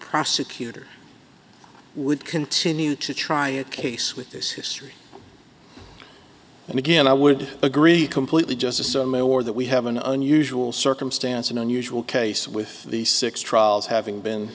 prosecutor would continue to try a case with this history and again i would agree completely justice sotomayor that we have an unusual circumstance an unusual case with these six trials having been